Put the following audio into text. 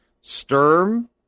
Sturm